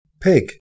Pig